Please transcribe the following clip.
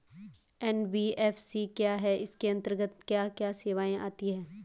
NBFC क्या है इसके अंतर्गत क्या क्या सेवाएँ आती हैं?